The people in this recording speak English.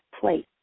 place